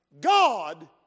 God